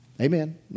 Amen